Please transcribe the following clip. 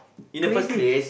crazy